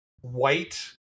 white